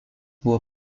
buvo